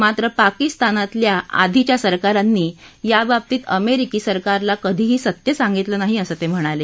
मात्र पाकिस्तानातल्या आधीच्या सरकारांनी याबाबतीत अमेरिकी सरकारला कधीही सत्य सांगितलं नाही असं ते म्हणाले